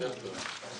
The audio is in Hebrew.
בבחירות תקופה מאוד מאוד